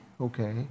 okay